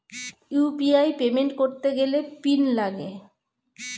UPI payment করতে গেলে PIN লাগে